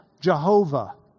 Jehovah